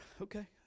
Okay